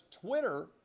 Twitter